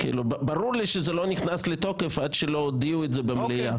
ברור לי שזה לא נכנס לתוקף עד שלא הודיעו את זה במליאה